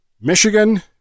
Michigan